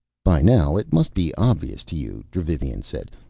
by now it must be obvious to you, dravivian said.